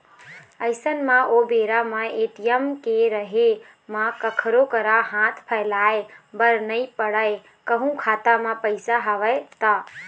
अइसन म ओ बेरा म ए.टी.एम के रहें म कखरो करा हाथ फइलाय बर नइ पड़य कहूँ खाता म पइसा हवय त